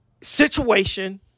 situation